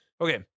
Okay